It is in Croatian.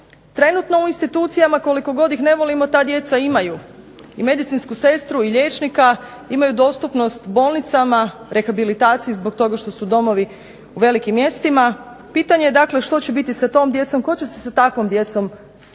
Trenutno u institucijama, koliko god ih ne volimo, ta djeca imaju i medicinsku sestru i liječnika, imaju dostupnost bolnicama, rehabilitaciji zbog toga što su domovi u velikim mjestima, pitanje je dakle što će biti sa tom djecom, tko će se sa takvom djecom baviti